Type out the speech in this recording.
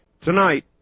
Tonight